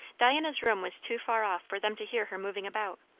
diana's room was too far off for them to hear her moving about,